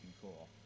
cool